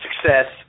success